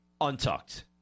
untucked